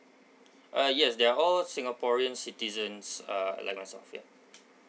uh yes they're all singaporean citizens uh like myself ya